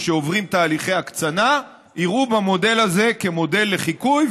שעוברים תהליכי הקצנה יראו במודל הזה מודל לחיקוי,